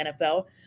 NFL